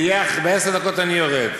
אחרי עשר דקות אני יורד.